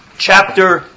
Chapter